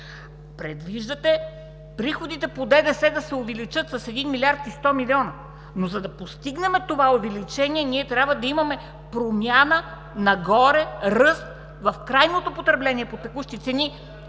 Предвиждате приходите по ДДС да се увеличат с 1 млрд. 100 млн. лв., но за да постигнем това увеличение, ние трябва да имаме промяна нагоре – ръст в крайното потребление по текущи цени